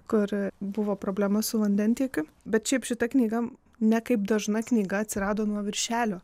kur buvo problema su vandentiekiu bet šiaip šita knyga ne kaip dažna knyga atsirado nuo viršelio